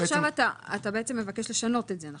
עכשיו אתה מבקש לשנות את זה.